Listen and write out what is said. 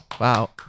Wow